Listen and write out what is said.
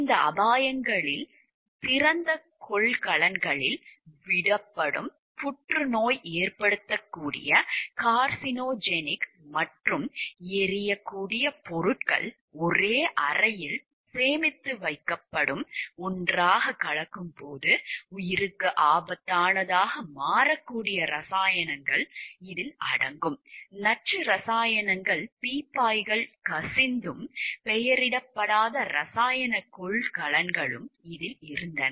இந்த அபாயங்களில் திறந்த கொள்கலன்களில் விடப்படும் புற்றுநோய் மற்றும் எரியக்கூடிய பொருட்கள் ஒரே அறையில் சேமித்து வைக்கப்படும் ஒன்றாகக் கலக்கும்போது உயிருக்கு ஆபத்தானதாக மாறக்கூடிய இரசாயனங்கள் அடங்கும் நச்சு இரசாயனங்கள் பீப்பாய்கள் கசிந்தும் பெயரிடப்படாத இரசாயன கொள்கலன்கள் இருந்தன